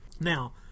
Now